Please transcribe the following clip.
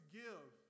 give